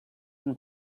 and